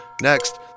Next